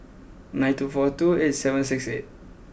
nine two four two eight seven six eight